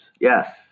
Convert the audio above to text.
Yes